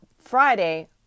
Friday